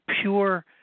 pure